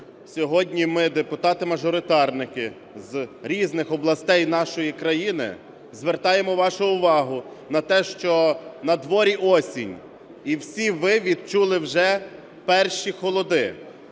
Сьогодні ми, депутати-мажоритарники з різних областей нашої країни, звертаємо вашу увагу на те, що на дворі осінь і всі ви відчули вже перші холоди.